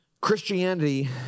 Christianity